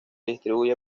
distribuye